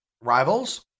rivals